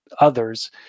others